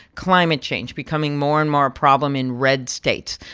climate change becoming more and more a problem in red states.